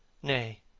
nay,